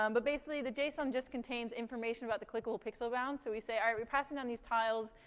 um but basically, the json just contains information about the clickable pixel bounds, so we say, all right, we're passing down these tiles,